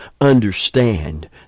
understand